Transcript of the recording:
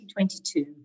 2022